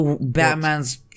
batman's